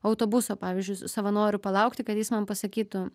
autobuso pavyzdžiui savanoriu palaukti kad jis man pasakytų